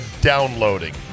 downloading